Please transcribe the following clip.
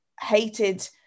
hated